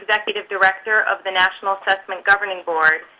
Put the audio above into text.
executive director of the national assessment governing board,